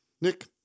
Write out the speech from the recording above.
Nick